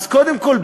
אז קודם כול,